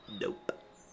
Nope